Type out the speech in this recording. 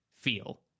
feel